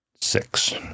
Six